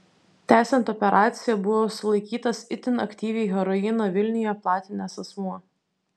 tęsiant operaciją buvo sulaikytas itin aktyviai heroiną vilniuje platinęs asmuo